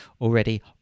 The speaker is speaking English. already